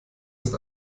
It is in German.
ist